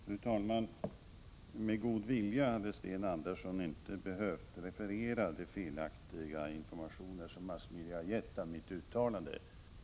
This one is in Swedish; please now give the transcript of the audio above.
Fru talman! Med litet god vilja hade Sten Andersson inte behövt referera de felaktiga informationer som massmedia har gett beträffande mitt uttalande.